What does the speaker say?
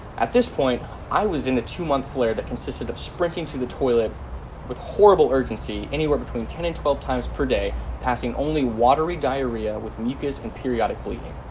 at this point i was in a two-month flare that consisted of sprinting to the toilet with horrible urgency anywhere between ten and twelve times per day passing only watery diarrhea with mucus and periodic bleeding.